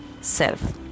self